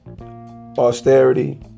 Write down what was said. austerity